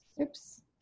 Oops